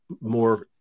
more